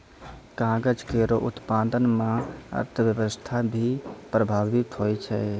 कागज केरो उत्पादन म अर्थव्यवस्था भी प्रभावित होय छै